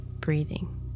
breathing